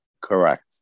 correct